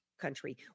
country